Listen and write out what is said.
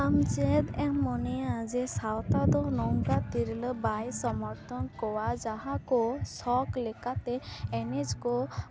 ᱟᱢ ᱪᱮᱫ ᱮᱢ ᱢᱚᱱᱮᱭᱟ ᱡᱮ ᱥᱟᱶᱛᱟ ᱫᱚ ᱱᱚᱝᱠᱟ ᱛᱤᱨᱞᱟᱹ ᱵᱟᱭ ᱥᱚᱢᱚᱨᱛᱷᱚᱱ ᱠᱚᱣᱟ ᱡᱟᱦᱟᱸ ᱠᱚ ᱥᱚᱠ ᱞᱮᱠᱟᱛᱮ ᱮᱱᱮᱡ ᱠᱚ